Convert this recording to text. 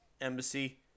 embassy